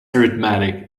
arithmetic